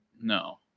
No